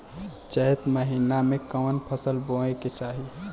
चैत महीना में कवन फशल बोए के चाही?